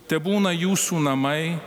tebūna jūsų namai